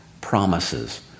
promises